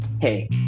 Hey